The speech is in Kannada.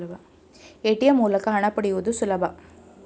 ಎ.ಟಿ.ಎಂ ಮೂಲಕ ಹಣ ಪಡೆಯುವುದು ಸುಲಭ